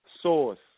Source